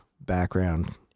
background